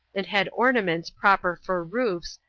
and had ornaments proper for roofs,